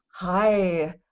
Hi